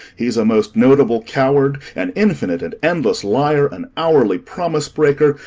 he's a most notable coward, an infinite and endless liar, an hourly promise-breaker,